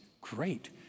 great